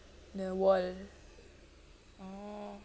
the wall oh